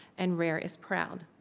and rare is proud.